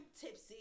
tipsy